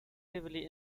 heavily